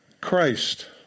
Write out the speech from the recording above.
Christ